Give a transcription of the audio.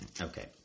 Okay